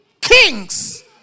kings